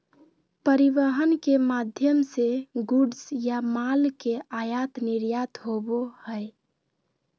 परिवहन के माध्यम से गुड्स या माल के आयात निर्यात होबो हय